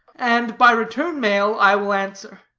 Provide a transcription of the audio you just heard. and by return mail i will answer.